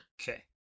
Okay